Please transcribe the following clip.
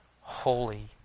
holy